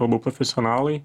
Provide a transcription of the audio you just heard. abu profesionalai